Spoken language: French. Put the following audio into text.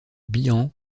bihan